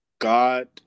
God